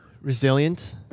resilient